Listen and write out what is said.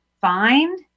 find